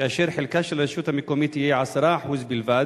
כאשר חלקה של הרשות המקומית יהיה 10% בלבד,